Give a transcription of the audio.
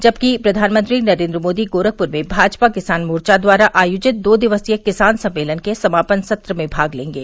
जबकि प्रघानमंत्री नरेन्द्र मोदी गोरखपुर में भाजपा किसान मोर्चा द्वारा आयोजित दो दिवसीय किसान सम्मेलन के समापन सत्र में भाग लेंगे